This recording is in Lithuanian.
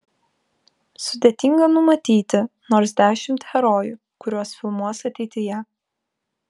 sudėtinga numatyti nors dešimt herojų kuriuos filmuos ateityje